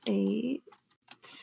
eight